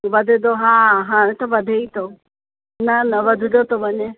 वधे थो हा हाणे त वधे ई थो न न वधंदो थो वञे